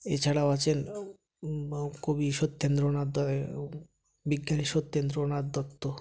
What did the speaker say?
এছাড়াও আছেন কবি সত্যেন্দ্রনাথ বিজ্ঞানী সত্যেন্দ্রনাথ দত্ত